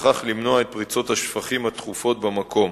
ובכך למנוע את פריצות השפכים התכופות במקום,